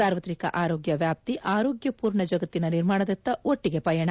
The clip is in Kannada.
ಸಾರ್ವತ್ರಿಕ ಆರೋಗ್ಯ ವ್ಯಾಪ್ತಿ ಆರೋಗ್ಯಪೂರ್ಣ ಜಗತ್ತಿನ ನಿರ್ಮಾಣದತ್ತ ಒಟ್ಟಿಗೆ ಪಯಣ